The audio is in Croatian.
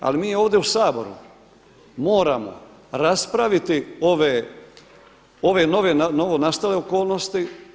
Ali mi ovdje u Saboru moramo raspraviti ove novonastale okolnosti.